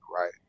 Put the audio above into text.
right